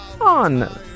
on